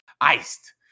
Iced